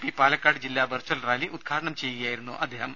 P Palakkad ജില്ലാ virtual rally ഉദ്ഘാടനം ചെയ്യുകയായിരുന്നു അദ്ദേഹം